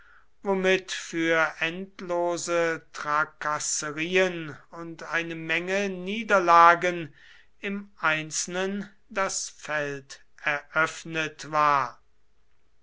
womit für endlose trakasserien und eine menge niederlagen im einzelnen das feld eröffnet war